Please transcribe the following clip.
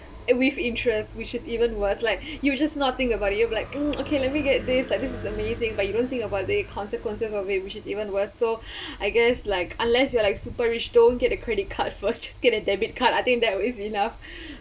and with interest which is even worse like you just not think about it you like mm okay let me get this like this is amazing but you don't think about the consequences of it which is even worse so I guess like unless you are like super rich don't get a credit card first just get a debit card I think that is enough